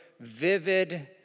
vivid